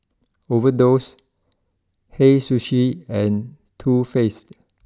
Overdose Hei Sushi and Too Faced